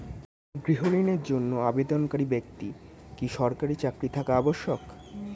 গৃহ ঋণের জন্য আবেদনকারী ব্যক্তি কি সরকারি চাকরি থাকা আবশ্যক?